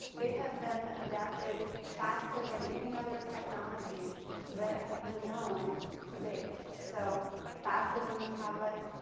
it has been adapted faster than any other technology that has been known to date so faster than the tablet.